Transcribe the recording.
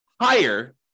higher